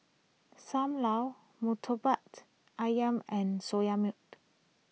Sam Lau Murtabak Ayam and Soya Milk